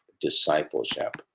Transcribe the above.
discipleship